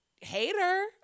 hater